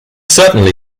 certainly